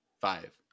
Five